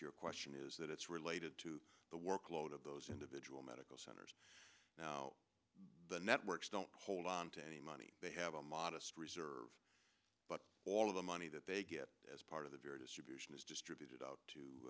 your question is that it's related to the workload of those individual medical centers now the networks don't hold on to any money they have a modest reserve but all of the money that they get as part of the very distribution is distributed out to